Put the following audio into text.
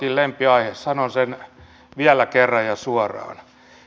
sanon sen vielä kerran ja suoraan